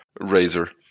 razor